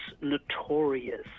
notorious